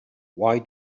why